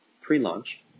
pre-launch